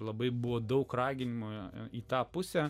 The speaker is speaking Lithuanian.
labai buvo daug raginimui į tą pusę